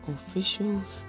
Officials